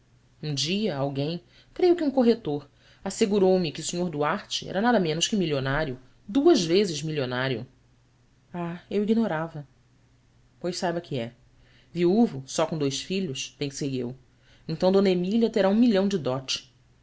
um dia alguém creio que um corretor assegurou me que o sr duarte era nada menos que milionário duas vezes milionário h u ignorava ois saiba que é viúvo só com dois filhos pensei eu então d emília terá um milhão de dote